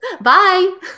Bye